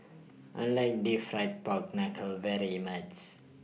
I like Deep Fried Pork Knuckle very much